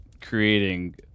creating